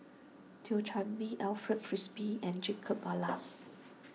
Thio Chan Bee Alfred Frisby and Jacob Ballas